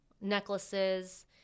necklaces